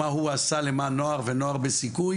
מה הוא עשה למען נוער ונוער בסיכוי